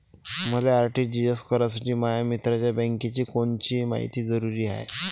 मले आर.टी.जी.एस करासाठी माया मित्राच्या बँकेची कोनची मायती जरुरी हाय?